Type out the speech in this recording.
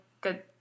good